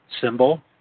symbol